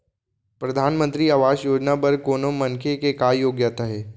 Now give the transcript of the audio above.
परधानमंतरी आवास योजना बर कोनो मनखे के का योग्यता हे?